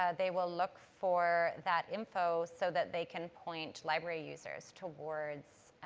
ah they will look for that info so that they can point library users towards,